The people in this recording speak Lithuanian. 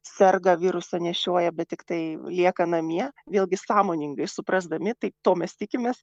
serga virusą nešioja bet tiktai lieka namie vėlgi sąmoningai suprasdami tai to mes tikimės